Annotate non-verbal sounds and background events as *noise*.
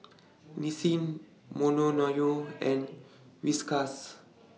Nissin *unintelligible* and Whiskas